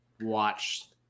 watch